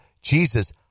Jesus